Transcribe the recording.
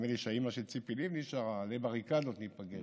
נדמה לי שאימא של ציפי לבני שרה: עלי בריקדות ניפגש,